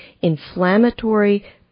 inflammatory